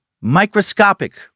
Microscopic